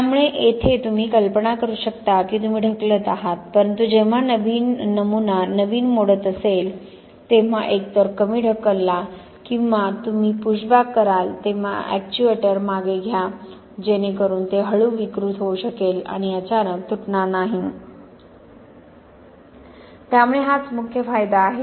त्यामुळे येथे तुम्ही कल्पना करू शकता की तुम्ही ढकलत आहात परंतु जेव्हा नमुना नवीन मोडत असेल तेव्हा एकतर कमी ढकलता किंवा तुम्ही पुशबॅक कराल तेव्हा एक्च्युएटर मागे घ्या जेणेकरून ते हळू विकृत होऊ शकेल आणि अचानक तुटणार नाही त्यामुळे हाच मुख्य फायदा आहे